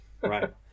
Right